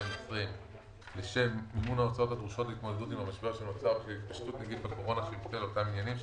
אנחנו